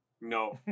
no